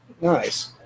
Nice